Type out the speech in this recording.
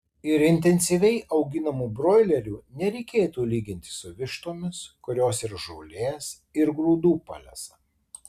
ir intensyviai auginamų broilerių nereikėtų lyginti su vištomis kurios ir žolės ir grūdų palesa